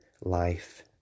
life